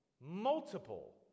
multiple